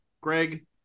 Greg